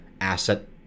asset